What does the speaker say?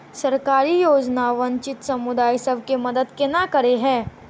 सरकारी योजना वंचित समुदाय सब केँ मदद केना करे है?